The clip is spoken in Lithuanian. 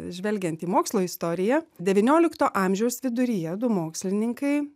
žvelgiant į mokslo istoriją devyniolikto amžiaus viduryje du mokslininkai